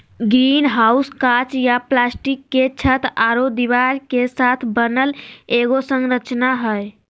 greenhouse काँच या plastic के छत आरो दीवार के साथ बनल एगो संरचना हइ